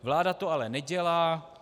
Vláda to ale nedělá.